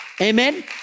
Amen